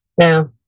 Now